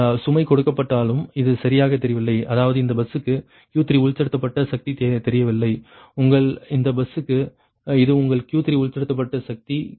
சுமை கொடுக்கப்பட்டாலும் இது சரியாகத் தெரியவில்லை அதாவது இந்தப் பஸ்க்கு Q3 உட்செலுத்தப்பட்ட சக்தி தெரியவில்லை உங்கள் இந்தப் பஸ்க்கு இது உங்கள் Q3 உட்செலுத்தப்பட்ட சக்தி Qg3 0